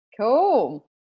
Cool